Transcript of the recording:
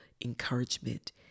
encouragement